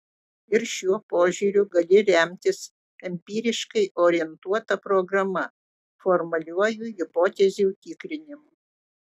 ir šiuo požiūriu gali remtis empiriškai orientuota programa formaliuoju hipotezių tikrinimu